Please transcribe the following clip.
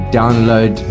download